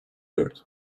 dört